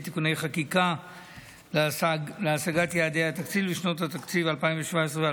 (תיקוני חקיקה להשגת יעדי התקציב לשנת התקציב 2019)